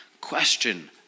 question